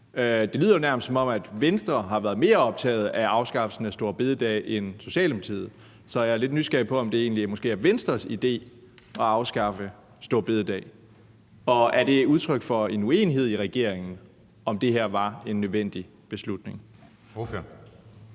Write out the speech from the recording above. Det lyder jo nærmest, som om Venstre har været mere optaget af afskaffelsen af store bededag end Socialdemokratiet. Så jeg er lidt nysgerrig på, om det egentlig er Venstres idé at afskaffe store bededag, og om det er et udtryk for en uenighed i regeringen om, om det her var en nødvendig beslutning?